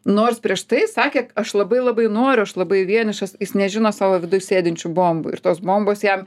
nors prieš tai sakė aš labai labai noriu aš labai vienišas jis nežino savo viduj sėdinčių bombų ir tos bombos jam